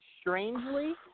Strangely